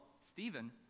Stephen